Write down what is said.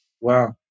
Wow